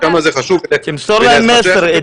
כמה זה חשוב --- תמסור להם מסר.